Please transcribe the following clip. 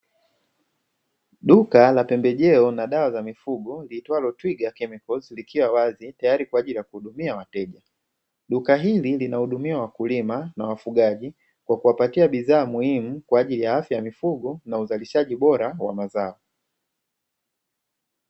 Duka la pembejeo na dawa za mifugo liiltwalo "Twiga Chemical" likiwa wazi tayari kwa ajili ya kuhudumia wateja. Duka hili lina hudumia wakulima na wafugaji kwa kuwapatia bidhaa muhimu kwa ajili ya afya ya mifugo na uzalishaji bora wa mazao.